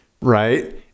right